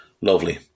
Lovely